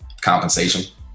Compensation